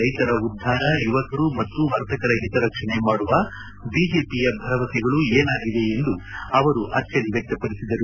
ರೈತರ ಉದ್ಧಾರ ಯುವಕರು ಮತ್ತು ವರ್ತಕರ ಹಿತರಕ್ಷಣೆ ಮಾಡುವ ಬಿಜೆಪಿಯ ಭರವಸೆಗಳು ಏನಾಗಿವೆ ಎಂದು ಅವರು ಅಚ್ಚರಿ ವ್ಯಕ್ತಪಡಿಸಿದ್ದಾರೆ